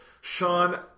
Sean